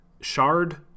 shard